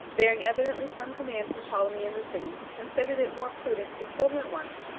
bearing evidently some command from ptolemy in the city, considered it more prudent to kill them at once,